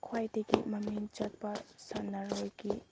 ꯈ꯭ꯋꯥꯏꯗꯒꯤ ꯃꯃꯤꯡ ꯆꯠꯄ ꯁꯥꯟꯅꯔꯣꯏꯒꯤ